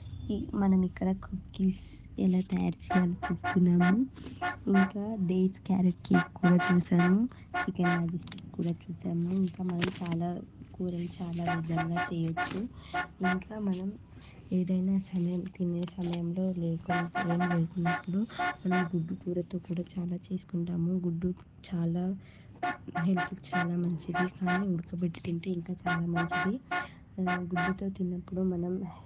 మనం ఇక్కడ కుకీస్ ఎలా తయారు చేయాలో చూసుకున్నాము ఇంకా డేట్ క్యారెట్ కేక్ కూడా చూశాను చికెన్ కూడా చూశాము ఇంకా మనం చాలా కూరలు చాలా విధంగా చేయొచ్చు ఇంకా మనం ఏదైనా సరే తినే సమయంలో లేకుంటే ఏం లేకున్నప్పుడు మనం గుడ్డు కూరతో కూడా చాలా చేసుకుంటాము గుడ్డు చాలా హెల్త్కి చాలా మంచిది కానీ ఉడకబెట్టి తింటే ఇంకా చాలా మంచిది గుడ్డుతో తిన్నప్పుడు మనం